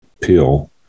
pill